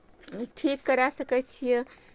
ठीक करै सकै छियै